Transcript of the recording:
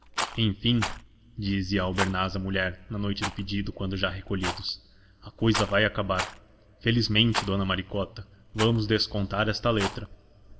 ali enfim dizia albernaz à mulher na noite do pedido quando já recolhidos a cousa vai acabar felizmente respondia-lhe dona maricota vamos descontar esta letra